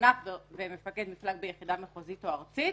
רענ"פ ומפקד מפלג ביחידה מחוזית או ארצית,